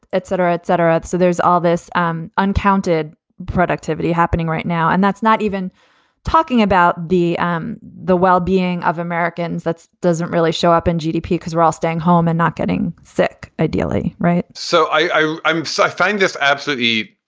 et cetera, et cetera. so there's all this um uncounted productivity happening right now. and that's not even talking about the um the well-being of americans. that's doesn't really show up in gdp because we're all staying home and not getting sick, ideally. right so i. so i find this absolutely,